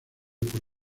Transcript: por